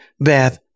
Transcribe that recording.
Beth